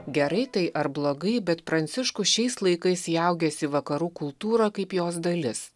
gerai tai ar blogai bet pranciškus šiais laikais įaugęs į vakarų kultūrą kaip jos dalis